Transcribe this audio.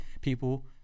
people